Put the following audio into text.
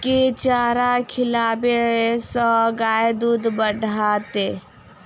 केँ चारा खिलाबै सँ गाय दुध बढ़तै?